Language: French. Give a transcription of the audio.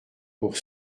pour